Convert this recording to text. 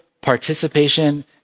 participation